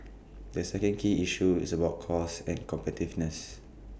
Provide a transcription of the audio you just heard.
the second key issue is about costs and competitiveness